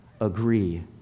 agree